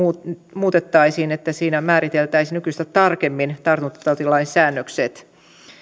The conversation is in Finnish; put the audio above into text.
muutettaisiin niin että siinä määriteltäisiin nykyistä tarkemmin tartuntatautilain säännökset